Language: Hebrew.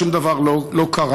שום דבר לא קרה,